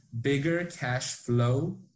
biggercashflow